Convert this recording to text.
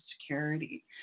security